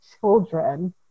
children